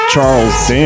Charles